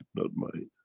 not mine.